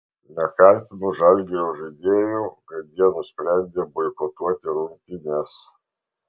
nekaltinu žalgirio žaidėjų kad jie nusprendė boikotuoti rungtynes